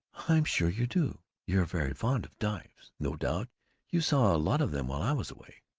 i'm sure you do! you're very fond of dives. no doubt you saw a lot of them while i was away!